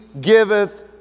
giveth